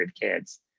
kids